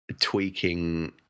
tweaking